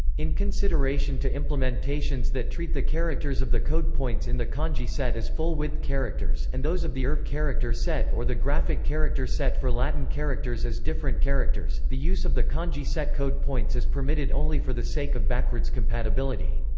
in consideration to implementations that treat the characters of the code points in the kanji set as full-width characters and those of the irv character set or the graphic character set for latin characters as different characters, the use of the kanji set code points is permitted only for the sake of backwards compatibility.